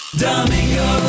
Domingo